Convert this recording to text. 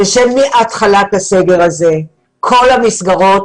הוא שמתחילת הסגר הזה כל המסגרות